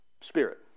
Spirit